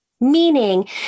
meaning